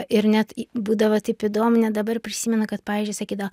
ir net būdavo taip įdomu net dabar prisimenu kad pavyzdžiui sakydavo